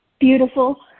beautiful